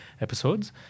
episodes